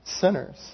Sinners